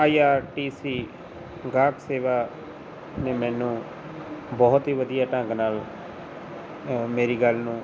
ਆਈ R T C ਗਾਹਕ ਸੇਵਾ ਨੇ ਮੈਨੂੰ ਬਹੁਤ ਹੀ ਵਧੀਆ ਢੰਗ ਨਾਲ ਮੇਰੀ ਗੱਲ ਨੂੰ